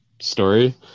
story